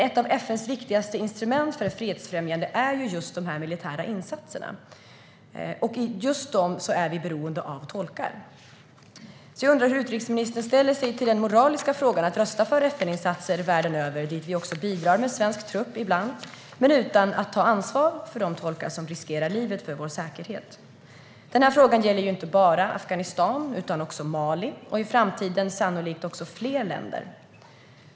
Ett av FN:s viktigaste instrument för det fredsfrämjande arbetet är de militära insatserna, och för dem är vi beroende av tolkar. Jag undrar därför hur utrikesministern ställer sig till den moraliska frågan när det gäller att rösta för FN-insatser världen över, dit vi också bidrar med svensk trupp ibland, men utan att ta ansvar för de tolkar som riskerar livet för vår säkerhet. Frågan gäller inte bara Afghanistan utan även Mali - och i framtiden sannolikt fler länder.